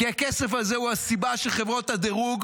כי הכסף הזה הוא הסיבה שחברות הדירוג,